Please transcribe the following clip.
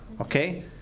Okay